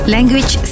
Language